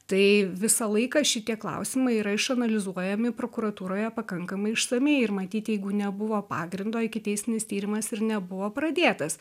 tai visą laiką šitie klausimai yra išanalizuojami prokuratūroje pakankamai išsamiai ir matyt jeigu nebuvo pagrindo ikiteisminis tyrimas ir nebuvo pradėtas